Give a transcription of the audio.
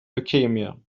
leukemia